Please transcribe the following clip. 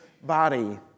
body